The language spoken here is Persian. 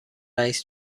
رییس